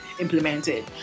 implemented